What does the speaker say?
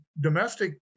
domestic